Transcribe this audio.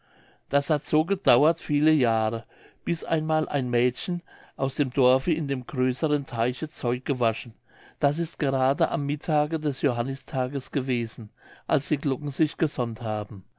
das hat so gedauert viele jahre bis einmal ein mädchen aus dem dorfe in dem größeren teiche zeug gewaschen das ist gerade am mittage des johannistages gewesen als die glocken sich gesonnt haben